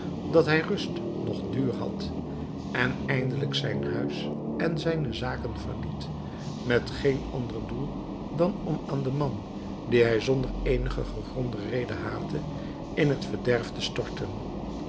dat hij rust noch duur had en eindelijk zijn huis en zijne zaken verliet met geen ander doel dan om den man dien hij zonder eenige gegronde reden haatte in het verderf te storten